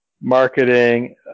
marketing